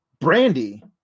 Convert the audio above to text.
Brandy